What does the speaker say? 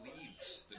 leaves